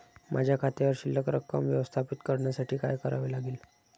माझ्या खात्यावर शिल्लक रक्कम व्यवस्थापित करण्यासाठी काय करावे लागेल?